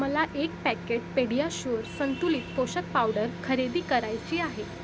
मला एक packet PediaSure संतुलित पोषक पावडर खरेदी करायची आहे